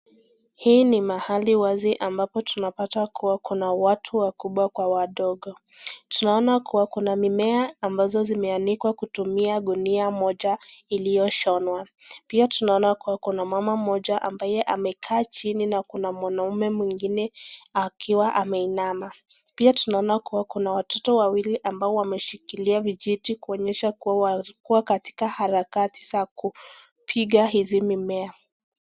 Hapa ni mahali wazi ambapo tunapata kuwa kuna watu wakubwa kwa wadogo. Tunaona kuwa kuna mimea ambazo zimeanikwa kutumia gunia moja iliyoshonwa. Pia tunaona kuwa kuna mama moja ambaye amekaa chini na kuna mwanaume mwingine akiwa ameinama. Pia tunaona kuwa kuna watoto wawili ambao wameshikilia vijiti kuonyesha kuwa katika harakati za kupiga hizi mimea.